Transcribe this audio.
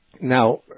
Now